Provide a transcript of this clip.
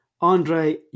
Andre